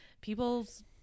people's